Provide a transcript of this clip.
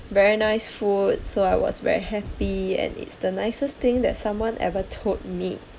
very nice food so I was very happy and it's the nicest thing that someone ever told me